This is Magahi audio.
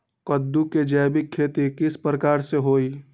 कददु के जैविक खेती किस प्रकार से होई?